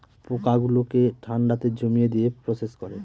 পোকা গুলোকে ঠান্ডাতে জমিয়ে দিয়ে প্রসেস করে